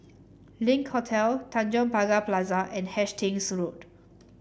Link Hotel Tanjong Pagar Plaza and Hastings Road